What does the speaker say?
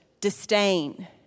disdain